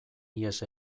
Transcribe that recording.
ihes